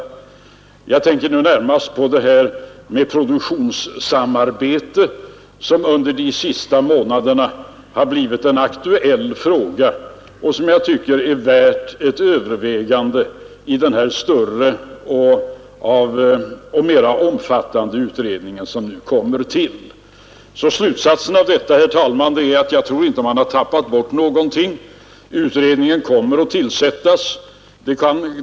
Jag tänker närmast på det produktionssamarbete som under de senaste månaderna har blivit aktuellt och som jag tycker är värt ett övervägande i den större och mera omfattande utredning som nu kommer att tillsättas. Slutsatsen av detta, herr talman, är att jag inte tror att man har tappat bort någonting. Utredningen kommer att tillsättas.